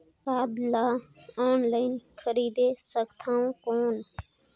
खाद ला ऑनलाइन खरीदे सकथव कौन?